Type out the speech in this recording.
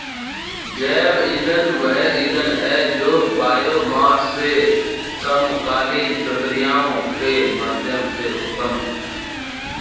जैव ईंधन वह ईंधन है जो बायोमास से समकालीन प्रक्रियाओं के माध्यम से उत्पन्न होता है